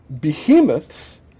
behemoths